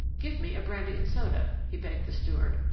give me a brandy and soda, he begged the steward,